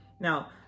Now